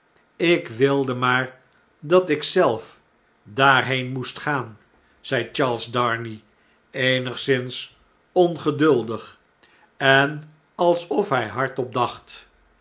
ik wilde maar dat ik zelf daarheen moest gaan zei charles darnay eenigszins ongeduldig en alsof hjj hardop dacht